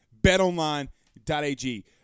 betonline.ag